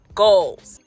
goals